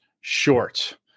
short